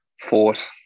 fought